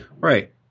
Right